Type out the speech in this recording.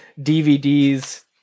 DVDs